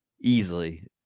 easily